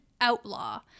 outlaw